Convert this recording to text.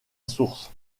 source